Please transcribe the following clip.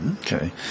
Okay